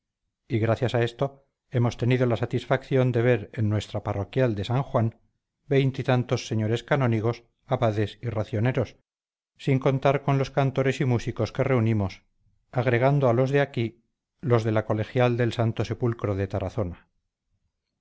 y gracias a esto hemos tenido la satisfacción de ver en nuestra parroquial de san juan veintitantos señores canónigos abades y racioneros sin contar con los cantores y músicos que reunimos agregando a los de aquí los de la colegial del santo sepulcro de tarazona